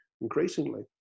increasingly